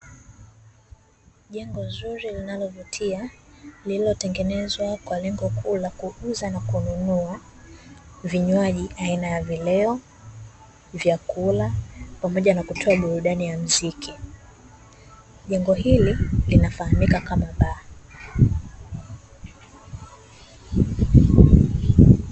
Jengo zuri linalovutia lililotengenezwa kwa lengo kuu la kuuza na kununua vinywaji aina ya vileo, vyakula, pamoja na kutoa burudani ya mziki. Jengo hili linafahamika kama baa.